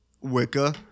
Wicca